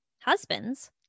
Husbands